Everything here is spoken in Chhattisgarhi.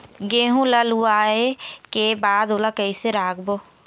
गेहूं ला लुवाऐ के बाद ओला कइसे राखबो?